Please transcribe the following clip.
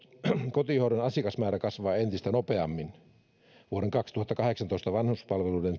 kotihoidon asiakasmäärä kasvaa entistä nopeammin vuoden kaksituhattakahdeksantoista vanhuspalveluiden